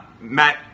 Matt